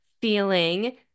feeling